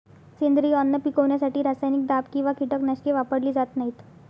सेंद्रिय अन्न पिकवण्यासाठी रासायनिक दाब किंवा कीटकनाशके वापरली जात नाहीत